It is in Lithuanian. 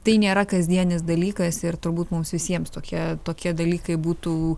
tai nėra kasdienis dalykas ir turbūt mums visiems tokie tokie dalykai būtų